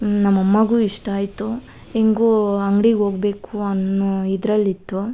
ನಮ್ಮ ಅಮ್ಮಾಗು ಇಷ್ಟ ಆಯಿತು ಹೇಗೂ ಅಂಗ್ಡಿಗೆ ಹೋಗಬೇಕು ಅನ್ನೋ ಇದರಲ್ಲಿತ್ತು